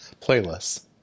playlists